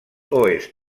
oest